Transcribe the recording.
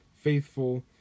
faithful